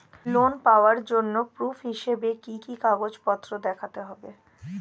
Loan পাওয়ার জন্য proof হিসেবে কি কি কাগজপত্র দেখাতে হবে?